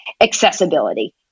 accessibility